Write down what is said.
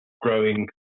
growing